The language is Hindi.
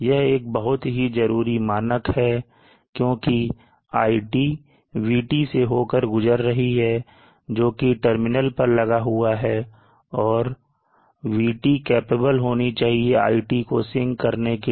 यह एक बहुत ही जरूरी मानक है क्योंकि iT VT से होकर गुजर रही है जोकि टर्मिनल पर लगा हुआ है और वी VT कैपेबल होना चाहिए iT को sink करने के लिए